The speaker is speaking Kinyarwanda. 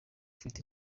ufite